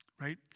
right